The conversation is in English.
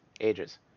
Ages